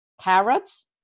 carrots